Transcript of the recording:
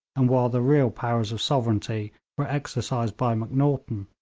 and while the real powers of sovereignty were exercised by macnaghten.